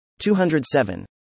207